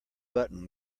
button